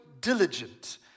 diligent